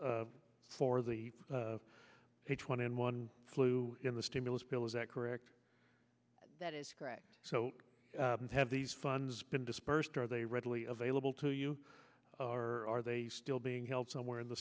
for the h one n one flu in the stimulus bill is that correct that is correct so and have these funds been dispersed are they readily available to you or are they still being held somewhere in the